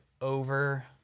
over